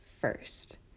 first